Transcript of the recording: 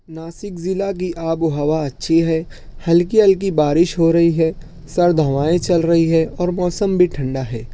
ناسک ضلع کی آب و ہوا اچھی ہے ہلکی ہلکی بارش ہو رہی ہے سرد ہوائیں چل رہی ہے اور موسم بھی ٹھنڈا ہے